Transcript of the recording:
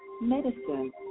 medicine